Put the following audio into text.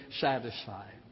satisfied